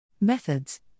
Methods